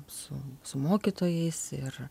su su mokytojais ir